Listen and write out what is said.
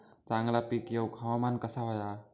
चांगला पीक येऊक हवामान कसा होया?